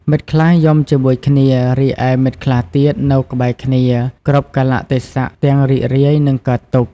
មិត្តខ្លះយំជាមួយគ្នា រីឯមិត្តខ្លះទៀតនៅក្បែរគ្នា គ្រប់កាលៈទេសៈទាំងរីករាយ និងកើតទុក្ខ។